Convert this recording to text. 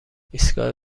ایستگاه